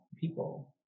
people